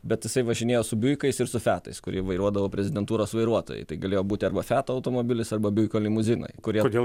bet jisai važinėjo su biuikais ir su fiatais kurį vairuodavo prezidentūros vairuotojai tai galėjo būti arba fiato automobilis arba biuiko limuzinai kurie